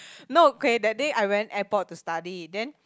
no K that day I went airport to study then